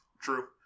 True